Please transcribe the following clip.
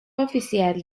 oficial